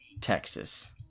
Texas